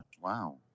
Wow